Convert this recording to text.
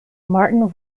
martin